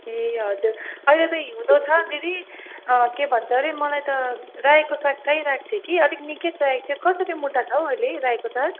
ए हजुर अहिले चाहिँ हिउँदो छ दिदी के भन्छ अरे मलाई त रायोको साग चाहिरहेको थियो कि अलिक निकै चाहिएको थियो कसरी मुठा छ हौ अहिले रायोको साग